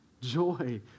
joy